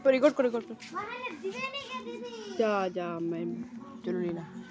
Non banking financial services किस प्रकार के होबे है?